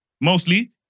Mostly